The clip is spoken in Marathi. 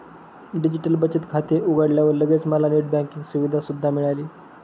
डिजिटल बचत खाते उघडल्यावर लगेच मला नेट बँकिंग सुविधा सुद्धा मिळाली